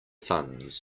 funds